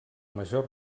major